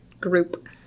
group